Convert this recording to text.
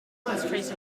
concentrated